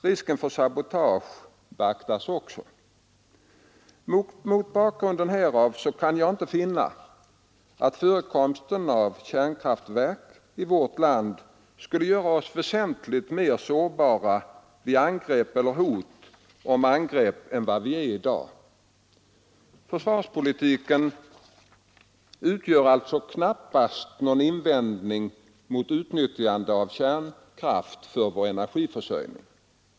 Risken för sabotage beaktas också. Mot bakgrund härav kan jag inte finna att förekomsten av kärnkraftverk i vårt land skulle göra oss väsentligt mera sårbara vid angrepp eller hot om angrepp än vad vi är i dag. Försvarspolitiken utgör alltså knappast någon invändning mot utnyttjandet av kärnkraft för vår energiförsörjning.